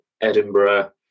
Edinburgh